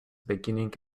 beginning